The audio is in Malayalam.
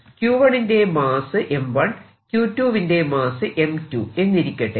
Q1 ന്റെ മാസ്സ് m1 Q2 വിന്റെ മാസ്സ് m2 എന്നിരിക്കട്ടെ